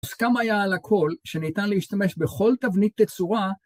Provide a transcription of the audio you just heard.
מוסכם היה על הכל שניתן להשתמש בכל תבנית תצורה.